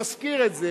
ותשכיר את זה,